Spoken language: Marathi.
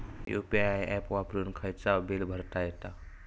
यु.पी.आय ऍप वापरून खायचाव बील भरता येता